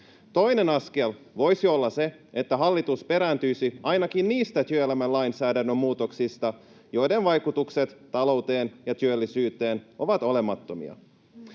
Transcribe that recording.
Toinen askel voisi olla se, että hallitus perääntyisi ainakin niistä työelämän lainsäädännön muutoksista, joiden vaikutukset talouteen ja työllisyyteen ovat olemattomia.